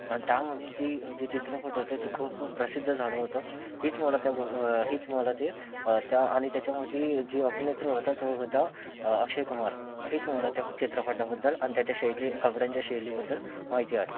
आणि त्यामधी ती जे चित्रपट होते ते खूप प्रसिद्ध झालं होतं हेच मला त्या हेच मला ते त्या आणि त्याच्यामधी जे अभिनेत्र होता तो होता अक्षय कुमार हेच मला त्या चित्रपटाबद्दल आणि त्याच्या शैली कपड्यांच्या शैलीबद्दल माहिती आहे